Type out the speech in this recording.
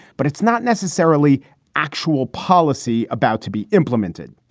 but it's not necessarily actual policy about to be implemented.